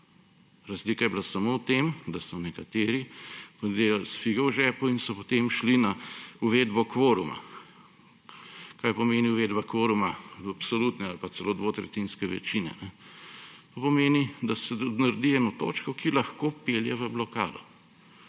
Razlika je bila samo v tem, da so nekateri to delali s figo v žepu in so potem šli na uvedbo kvoruma. Kaj pomeni uvedba kvoruma v absolutne ali pa celo dvotretjinske večine? To pomeni, da se naredi eno točko, ki lahko pelje v blokado.